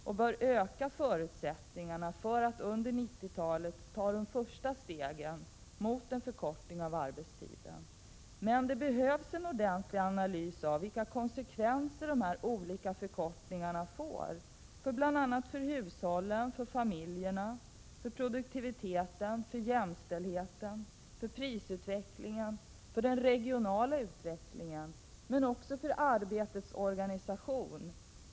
Det bör öka förutsättningarna för att man under 1990-talet skall kunna ta de första stegen mot en förkortning av arbetstiden. Men det behövs en ordentlig analys av vilka konsekvenser de här olika förkortningarna får för hushållen, för familjerna, för produktiviteten, för jämställdheten, för prisutvecklingen, för den regionala utvecklingen och också för arbetets organisation.